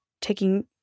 taking –